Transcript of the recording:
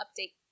update